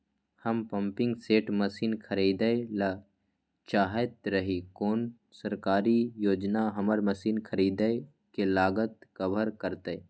हम pumping set machine खरीदैय ल चाहैत रही कोन सरकारी योजना हमर मसीन खरीदय के लागत कवर करतय?